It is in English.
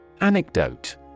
Anecdote